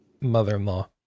mother-in-law